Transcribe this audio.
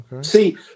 See